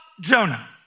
Jonah